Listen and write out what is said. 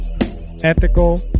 ethical